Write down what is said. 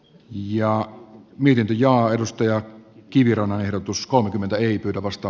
ja minkä johdosta ja kivirannan ehdotus kolmekymmentä ei pyydä vasta